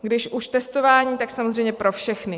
Když už testování, tak samozřejmě pro všechny.